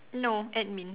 no admin